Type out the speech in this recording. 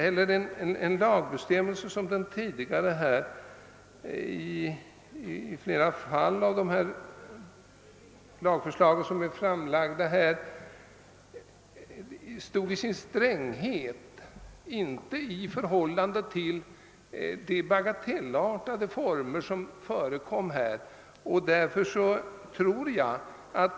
Straffsatserna i flera av dessa lagbestämmelser stod i fråga om stränghet inte i rimligt förhållande till de bagatellartade förseelser det gällde.